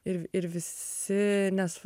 ir ir visi nes